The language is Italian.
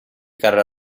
carro